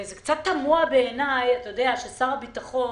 זה קצת תמוה בעיני ששר הביטחון,